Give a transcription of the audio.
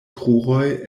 kruroj